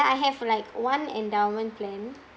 I have like one endowment plan